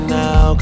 now